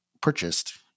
purchased